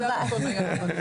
אדוני